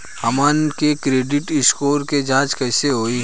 हमन के credit score के जांच कैसे होइ?